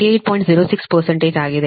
06 ಆಗಿದೆ